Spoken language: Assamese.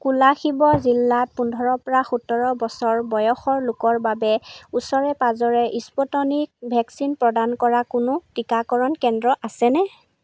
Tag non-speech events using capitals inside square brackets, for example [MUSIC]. কোলাশিব জিলাত পোন্ধৰৰ পৰা সোতৰ বছৰ [UNINTELLIGIBLE] বয়সৰ লোকৰ বাবে ওচৰে পাঁজৰে স্পুটনিক ভেকচিন প্ৰদান কৰা কোনো টিকাকৰণ কেন্দ্ৰ আছেনে